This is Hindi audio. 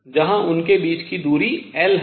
जहां उनके बीच की दूरी L है